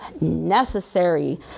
necessary